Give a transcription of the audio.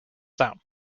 down